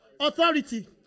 authority